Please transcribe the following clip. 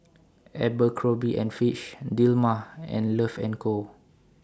Abercrombie and Fitch Dilmah and Love and Co